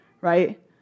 right